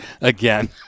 again